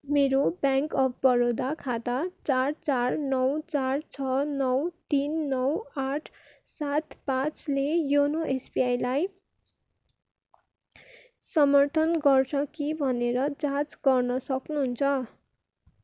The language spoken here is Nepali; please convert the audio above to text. मेरो ब्याङ्क अफ बडोदा खाता चार चार नौ चार छ नौ तिन नौ आठ सात पाँचले योनो एसबिआईलाई समर्थन गर्छ कि भनेर जाँच गर्न सक्नुहुन्छ